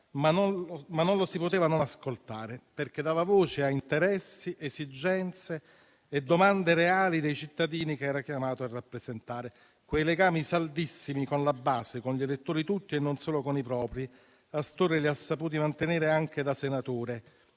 ma non lo si poteva non ascoltare, perché dava voce a interessi, esigenze e domande reali dei cittadini che era chiamato a rappresentare. Quei legami saldissimi con la base, con gli elettori tutti e non solo con i propri, Astorre li ha saputi mantenere anche da senatore,